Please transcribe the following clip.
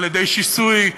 על-ידי שיסוי,